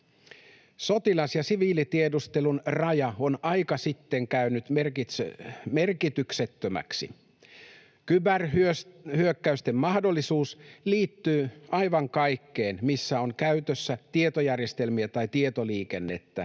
Sotilas- ja siviilitiedustelun raja on aikaa sitten käynyt merkityksettömäksi. Kyberhyök-käysten mahdollisuus liittyy aivan kaikkeen, missä on käytössä tietojärjestelmiä tai tietoliikennettä,